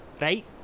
right